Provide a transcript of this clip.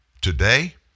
Today